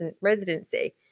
residency